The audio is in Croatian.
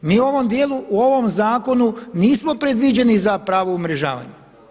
Mi u ovom dijelu u ovom zakonu nismo predviđeni za pravo umrežavanje.